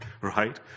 right